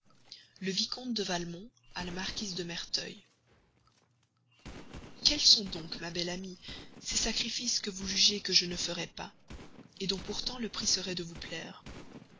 le vicomte de valmont à la marquise de merteuil quels sont donc ma belle amie ces sacrifices que vous jugez que je ne ferais pas dont pourtant le prix serait de vous plaire